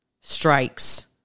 strikes